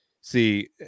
see